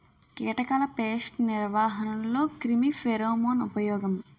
కీటకాల పేస్ట్ నిర్వహణలో క్రిమి ఫెరోమోన్ ఉపయోగం